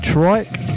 Trike